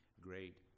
great